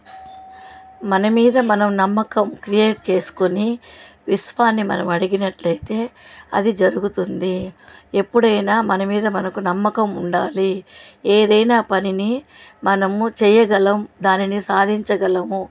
మన మీద మనం నమ్మకం క్రియేట్ చేసుకుని విశ్వాన్ని మనం అడిగినట్లు అయితే అది జరుగుతుంది ఎప్పుడు అయినా మన మీద మనకు నమ్మకం ఉండాలి ఏదైనా పనిని మనము చేయగలం దానిని సాధించగలము